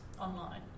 online